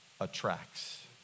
attracts